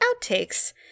outtakes